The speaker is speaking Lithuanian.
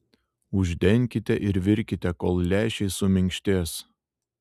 uždenkite ir virkite kol lęšiai suminkštės